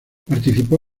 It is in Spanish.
participó